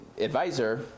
advisor